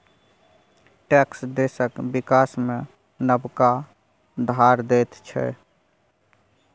tax देशक बिकास मे नबका धार दैत छै